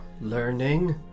learning